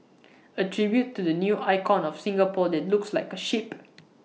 A tribute to the new icon of Singapore that looks like A ship